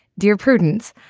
dear prudence.